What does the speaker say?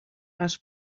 les